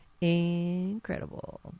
Incredible